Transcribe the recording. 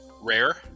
Rare